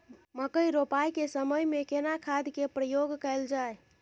मकई रोपाई के समय में केना खाद के प्रयोग कैल जाय?